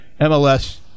MLS